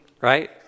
Right